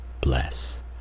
bless